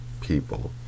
people